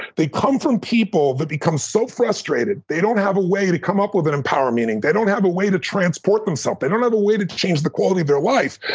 they come from people that become so frustrated, they don't have a way to come up with a and power of meaning. they don't have a way to transport themselves. they don't have a way to to change the quality of their life,